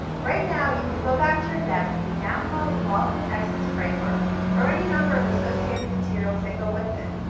right now you can go back to your desk and download the baldrige excellent framework or any number of associated materials that go with it